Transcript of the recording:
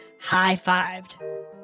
high-fived